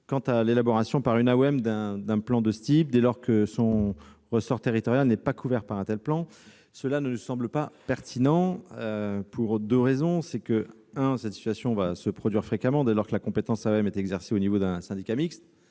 prévoir l'élaboration par une AOM d'un PCAET dès lors que son ressort territorial n'est pas couvert par un tel plan, cela ne nous semble pas pertinent pour deux raisons. D'abord, cette situation va se produire fréquemment, dès lors que la compétence AOM est exercée au niveau d'un syndicat mixte.